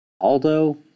Aldo